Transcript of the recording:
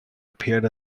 appeared